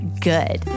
good